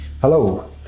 Hello